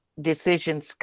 decisions